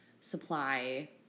supply